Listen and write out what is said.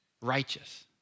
righteous